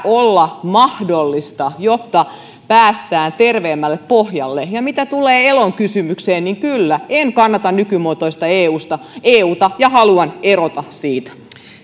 olla mahdollista jotta päästään terveemmälle pohjalle ja mitä tulee elon kysymykseen niin kyllä en kannata nykymuotoista euta ja haluan erota siitä